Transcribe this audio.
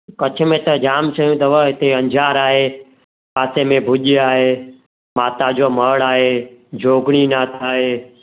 कच्छ में त जामु शयूं अथव हिते अंजार आहे पासे में भुॼ आहे माता जो मढ़ आहे जोॻिणी नाथ आहे